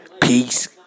Peace